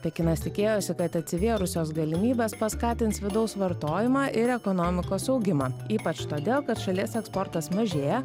pekinas tikėjosi kad atsivėrusios galimybės paskatins vidaus vartojimą ir ekonomikos augimą ypač todėl kad šalies eksportas mažėja